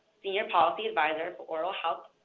senior policy advisor for oral health